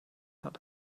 hat